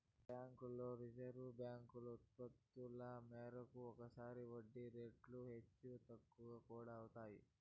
బ్యాంకుల్లో reserve bank ఉత్తర్వుల మేరకు ఒక్కోసారి వడ్డీ రేట్లు హెచ్చు తగ్గులు కూడా అవుతాయి